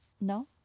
No